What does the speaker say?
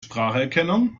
spracherkennung